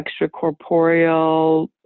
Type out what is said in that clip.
extracorporeal